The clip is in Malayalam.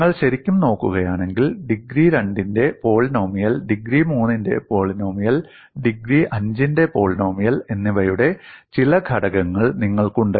നിങ്ങൾ ശരിക്കും നോക്കുകയാണെങ്കിൽ ഡിഗ്രി 2 ന്റെ പോളിനോമിയൽ ഡിഗ്രി 3 ന്റെ പോളിനോമിയൽ ഡിഗ്രി 5 ന്റെ പോളിനോമിയൽ എന്നിവയുടെ ചില ഘടകങ്ങൾ നിങ്ങൾക്കുണ്ട്